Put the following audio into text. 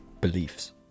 beliefs